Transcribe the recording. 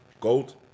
Gold